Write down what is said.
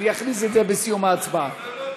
סעיף 1,